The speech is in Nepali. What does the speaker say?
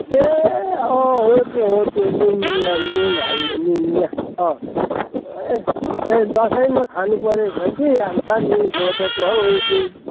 ए अँ हो त्यो हो त्यो नुनिया नुन हाल्ने नुनिया ए दसैँमा खानु परेको छ कि अन्त नि सोधेको हौ दुई